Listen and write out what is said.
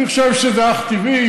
אני חושב שזה אך טבעי,